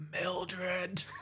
Mildred